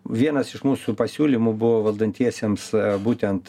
vienas iš mūsų pasiūlymų buvo valdantiesiems būtent